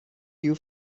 you